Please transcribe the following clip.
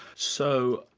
so,